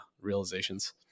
realizations